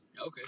Okay